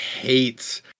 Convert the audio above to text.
hates